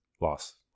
Loss